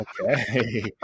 Okay